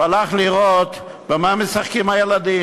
הוא הלך לראות במה משחקים הילדים.